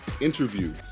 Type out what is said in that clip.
Interview